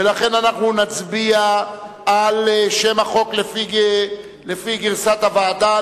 ולכן אנחנו נצביע על שם החוק לפי גרסת הוועדה.